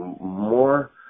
more